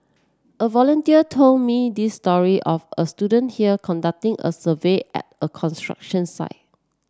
a volunteer told me this story of a student here conducting a survey at a construction site